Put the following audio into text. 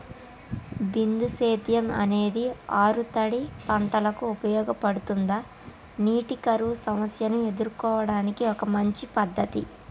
బిందు సేద్యం అనేది ఆరుతడి పంటలకు ఉపయోగపడుతుందా నీటి కరువు సమస్యను ఎదుర్కోవడానికి ఒక మంచి పద్ధతి?